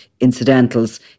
incidentals